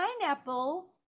pineapple